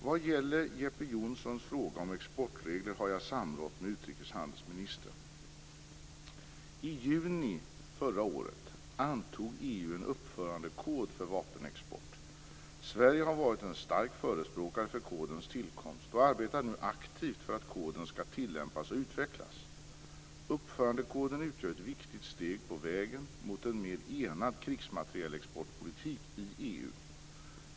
Vad gäller Jeppe Johnssons fråga om exportregler har jag samrått med utrikeshandelsministern. I juni förra året antog EU en uppförandekod för vapenexport. Sverige har varit en stark förespråkare för kodens tillkomst och arbetar nu aktivt för att koden skall tillämpas och utvecklas. Uppförandekoden utgör ett viktigt steg på vägen mot en mer enad krigsmaterielexportpolitik i EU.